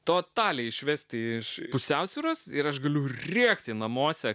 totaliai išvesti iš pusiausvyros ir aš galiu rėkti namuose